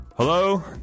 Hello